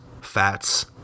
fats